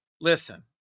listen